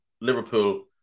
Liverpool